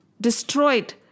destroyed